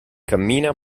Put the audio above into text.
cammina